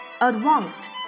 Advanced